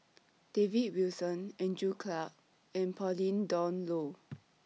David Wilson Andrew Clarke and Pauline Dawn Loh